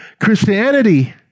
Christianity